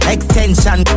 Extension